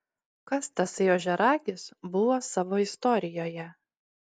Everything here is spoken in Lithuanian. kas tasai ožiaragis buvo savo istorijoje